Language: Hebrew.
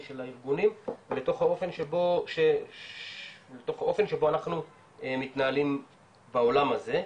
של הארגונים לתוך האופן שבו אנחנו מתנהלים בעולם הזה.